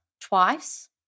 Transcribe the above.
twice